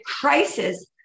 crisis